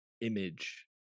image